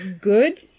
Good